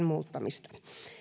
muuttamista